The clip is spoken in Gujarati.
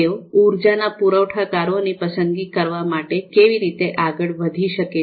તેઓ ઊર્જા ના પુરવઠાકારોની પસંદગી કરવા માટે કેવી રીતે આગળ વધી શકે છે